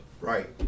Right